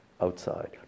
outside